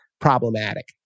problematic